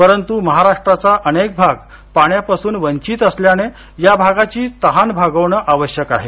परंतु महाराष्ट्राचा अनेक भाग पाण्यापासून वंचित असल्याने या भागाची तहान भागवण आवश्यक आहे